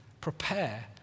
prepare